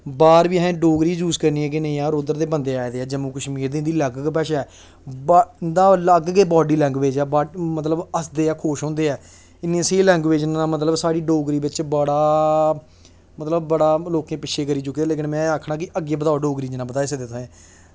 बाह्र बी असें डोगरी गै यूज़ करनी ऐ कि नेईं यार उद्धर दे बंदे आए दे ऐं जम्मू कश्मीर दे इं'दी अलग गै भाशा ऐ इं'दा अलग गै बॉडी लैंग्वेज़ ऐ मतलब हस्सदे ऐ खुश होंदे ऐ इ'न्नी स्हेई लैंग्वेज़ मतलब साढ़ी डोगरी बिच बड़ा मतलब बड़ा लोकें पिच्छें करी चुके दे न पर में आखना कि अग्गें बधाओ डोगरी गी जि'न्ना बधाई सकदे तुसें